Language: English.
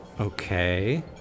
Okay